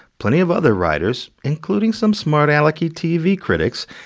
plenty of other writers, including some smart-alecky tv critics,